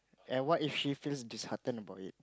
and what if she feels dishearten about it